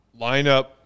lineup